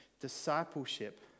Discipleship